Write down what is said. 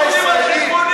האוטובוסים על חשבוני.